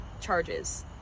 Charges